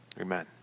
Amen